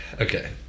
Okay